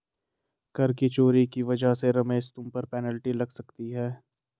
कर की चोरी की वजह से रमेश तुम पर पेनल्टी लग सकती है